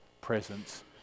presence